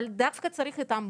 אבל צריך דווקא אמבולנס,